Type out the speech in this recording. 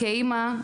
כאימא,